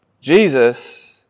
Jesus